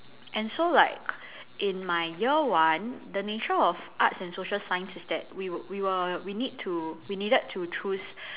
and so like in my year one the nature of arts and social science is that we would we were we need to we needed to choose